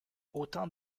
autant